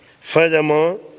Furthermore